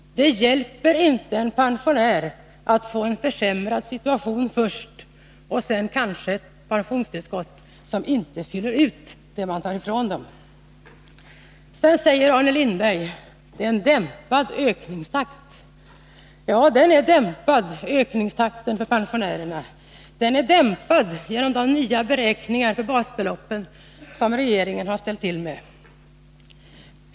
Det hjälper inte pensionärerna om de först får en försämrad situation och sedan kanske pensionstillskott som inte fyller ut det man tar ifrån dem. Arne Lindberg säger att det är en dämpad ökningstakt. Ja, ökningstakten för pensionärerna är dämpad — genom de nya beräkningar för basbeloppen som regeringen har ställt till med.